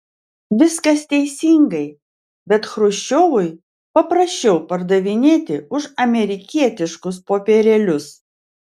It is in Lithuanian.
viskas teisingai bet chruščiovui paprasčiau pardavinėti už amerikietiškus popierėlius